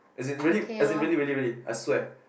as in really as in really really really I swear